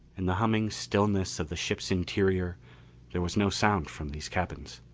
in the humming stillness of the ship's interior there was no sound from these cabins.